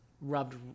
rubbed